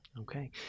Okay